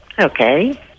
Okay